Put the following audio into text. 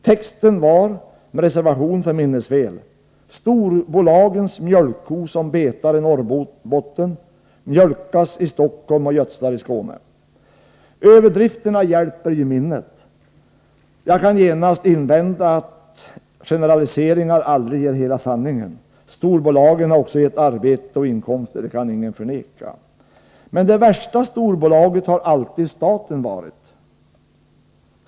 Texten löd, med reservation för minnesfel: ”Storbolagens mjölkko som betar i Norrbotten, mjölkas i Stockholm och gödslar i Skåne.” Överdrifterna hjälper ju minnet. Jag kan genast invända att generaliseringar aldrig ger hela sanningen. Storbolagen har också gett arbete och inkomster, det kan ingen förneka. Men det värsta storbolaget har alltid staten varit.